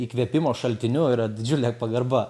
įkvėpimo šaltiniu yra didžiulė pagarba